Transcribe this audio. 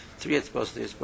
three